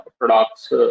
products